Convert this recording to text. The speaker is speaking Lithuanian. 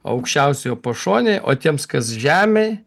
aukščiausiojo pašonėj o tiems kas žemėj